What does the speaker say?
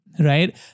Right